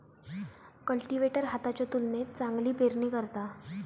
cultivator हाताच्या तुलनेत चांगली पेरणी करता